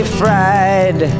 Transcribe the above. fried